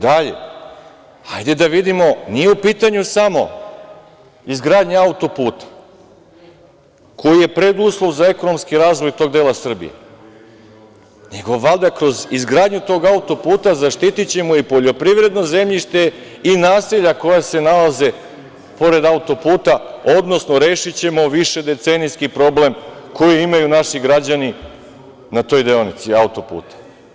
Dalje, hajde da vidimo, nije u pitanju samo izgradnja auto-puta, koji je preduslov za ekonomski razvoj tog dela Srbije, nego valjda kroz izgradnju tog auto-puta zaštitićemo i poljoprivredno zemljište i naselja koja se nalaze pored auto-puta, odnosno, rešićemo višedecenijski problem koji imaju naši građani na toj deonici auto-puta.